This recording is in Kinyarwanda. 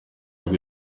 ubwo